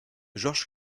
georges